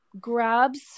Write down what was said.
grabs